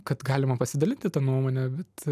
kad galima pasidalinti tą nuomonę bet